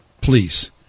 Please